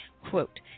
Quote